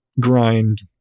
grind